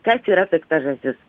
kas yra pikta žąsis